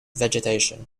vegetation